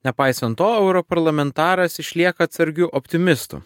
nepaisant to europarlamentaras išlieka atsargiu optimistu